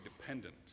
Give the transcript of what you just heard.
dependent